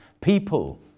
people